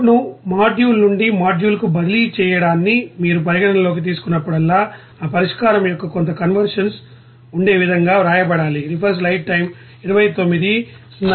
కోడ్ను మాడ్యూల్ నుండి మాడ్యూల్కు బదిలీ చేయడాన్ని మీరు పరిగణనలోకి తీసుకున్నప్పుడల్లా ఆ పరిష్కారం యొక్క కొంత కన్వర్జెన్స్ ఉండే విధంగా వ్రాయబడాలి